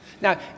Now